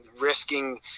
risking